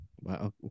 Wow